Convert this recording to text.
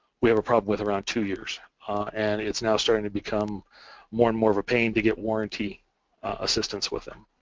we have a problem with around two years and it's now starting to become more and more of a pain to get warranty assistance with them